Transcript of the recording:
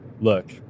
look